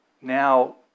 now